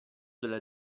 della